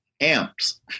amps